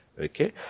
Okay